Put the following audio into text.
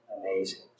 amazing